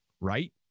Right